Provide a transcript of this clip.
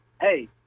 hey